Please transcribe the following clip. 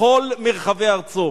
לכל מרחבי ארצו.